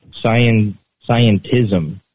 scientism